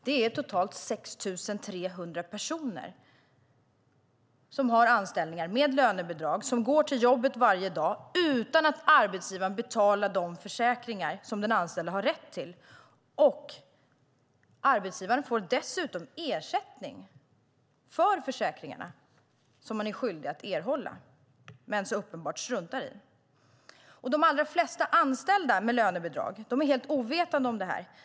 Det är totalt 6 300 personer som har anställningar med lönebidrag som går till jobbet varje dag utan att arbetsgivaren betalar de försäkringar som den anställde har rätt till. Arbetsgivaren får dessutom ersättning för försäkringarna som man är skyldig att erhålla men uppenbarligen struntar i. De allra flesta anställda med lönebidrag är helt ovetande om detta.